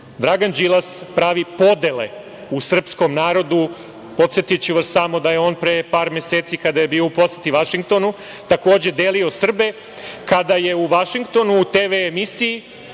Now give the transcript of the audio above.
Dragan Đilas pravi podele u srpskom narodu. Podsetiću vas samo da je on pre par meseci kada je bio u poseti Vašingtonu takođe delio Srbe, kada je u Vašingtonu u TV emisiji,